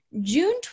June